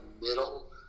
middle